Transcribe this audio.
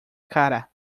cara